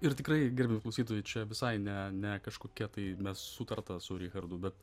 ir tikrai gerbiami klausytojai čia visai ne ne kažkokia tai mes sutarta su richardu bet